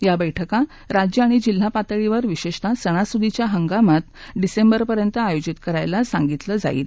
या बैठका राज्य आणि जिल्हा पातळीवर विशेषतः सणासुदीच्या हंगामात डिसेंबरपर्यंत आयोजित करायला सांगितलं जाईल